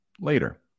later